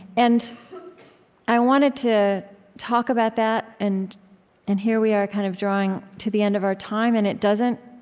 and i wanted to talk about that, and and here we are, kind of drawing to the end of our time, and it doesn't,